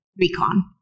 recon